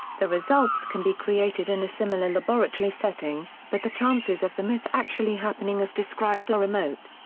the results can be created in a similar laboratory setting, but the chances of the myth actually happening as described are remote.